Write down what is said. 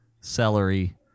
celery